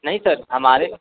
नहीं सर हमारे